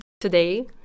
today